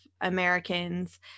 Americans